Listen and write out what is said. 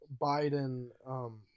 Biden